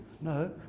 No